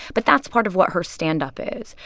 but that's part of what her stand-up is.